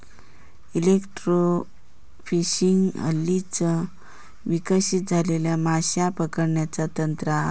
electrofishing हल्लीच विकसित झालेला माशे पकडण्याचा तंत्र हा